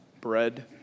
Bread